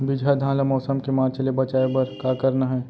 बिजहा धान ला मौसम के मार्च ले बचाए बर का करना है?